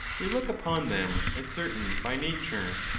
we look upon them as certain by nature.